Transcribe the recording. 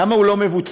למה הוא לא מבוצע?